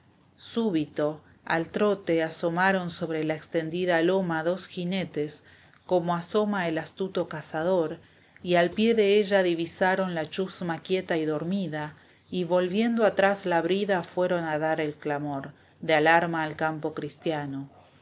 súbito al trote asomaron sobre la extendida loma dos jinetes como asoma el astuto cazador y al pie de ella divisaron la chusma quieta y dormida y volviendo atrás la brida fueron a dar el clamor la cauíiva de alarma al campo cristiano